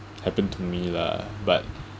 happen to me lah but